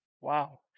Wow